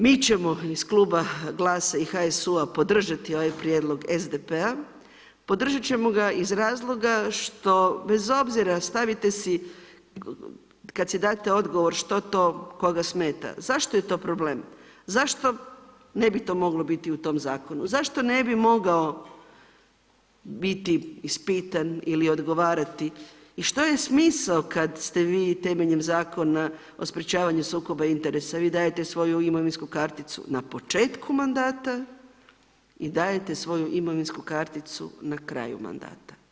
Mi ćemo iz Kluba GLAS-a i HSU-a podržati ovaj prijedlog SDP-a, podržat ćemo ga iz razloga što bez obzira, stavite si, kad si date odgovor što to koga smeta, zašto je to problem, zašto ne bi to moglo biti u tom zakonu, zašto ne bi mogao biti ispitan ili odgovarati i što je smisao kad ste vi temeljem Zakona o sprječavanju sukoba interesa, vi dajete svoju imovinsku karticu na početku mandata i dajete svoju imovinsku karticu na kraju mandata.